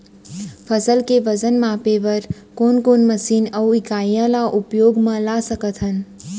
फसल के वजन मापे बर कोन कोन मशीन अऊ इकाइयां ला उपयोग मा ला सकथन?